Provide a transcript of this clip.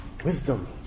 Wisdom